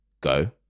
go